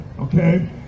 okay